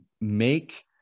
make